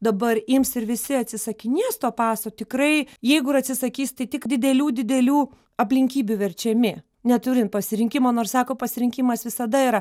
dabar ims ir visi atsisakinės to paso tikrai jeigu ir atsisakys tai tik didelių didelių aplinkybių verčiami neturint pasirinkimo nors sako pasirinkimas visada yra